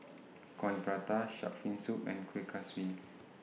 Coin Prata Shark's Fin Soup and Kueh Kaswi